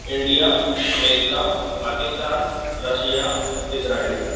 India America Pakistan Russia Israel